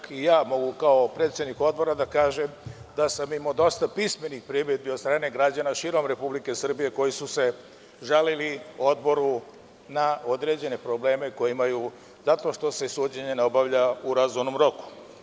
Kao predsednik Odbora mogu da kažem da sam imao dosta pismenih primedbi od strane građana širom Republike Srbije koji su se žalili Odboru na određene probleme koje imaju zato što se suđenje ne obavlja u razumnom roku.